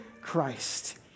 Christ